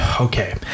Okay